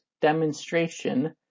Demonstration